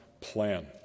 plan